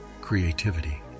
creativity